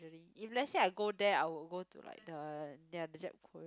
if let's say I go there I would go to like the ya the Jap~ Korean